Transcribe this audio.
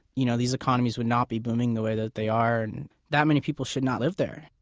you know these economies would not be booming the way that they are. and that many people should not live there.